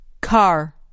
Car